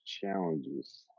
challenges